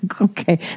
okay